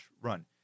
run